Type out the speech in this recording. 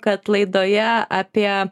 kad laidoje apie